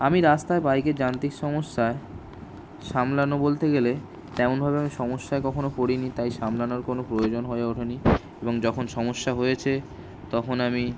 আমি রাস্তায় বাইকের যান্ত্রিক সমস্যা সামলানো বলতে গেলে তেমনভাবে আমি সমস্যায় কখনো পড়িনি তাই সামলানোর কোনো প্রয়োজন হয়ে ওঠেনি এবং যখন সমস্যা হয়েছে তখন আমি